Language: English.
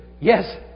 Yes